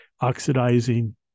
oxidizing